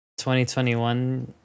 2021